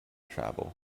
travel